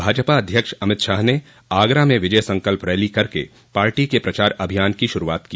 भाजपा अध्यक्ष अभित शाह ने आगरा में विजय संकल्प रैली करके पार्टी के प्रचार अभियान की शुरूआत की